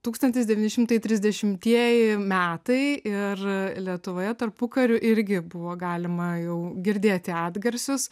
tūkstantis devyni šimtai trisdešimtieji metai ir lietuvoje tarpukariu irgi buvo galima jau girdėti atgarsius